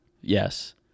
Yes